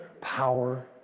power